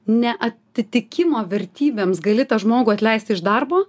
neatitikimo vertybėms gali tą žmogų atleisti iš darbo